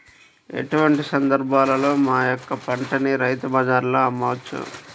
ఎటువంటి సందర్బాలలో మా యొక్క పంటని రైతు బజార్లలో అమ్మవచ్చు?